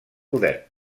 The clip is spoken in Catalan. poder